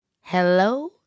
Hello